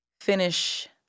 finish